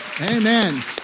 Amen